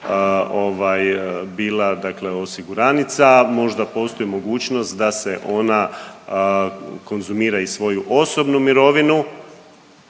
dakle osiguranica možda postoji mogućnost da se ona konzumira i svoju osobnu mirovinu,